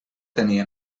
tenir